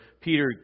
Peter